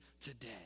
today